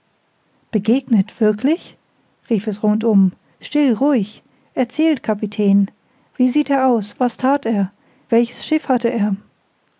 begegnet wirklich rief es rundum still ruhig erzählt kapitän wie sah er aus was that er welches schiff hatte er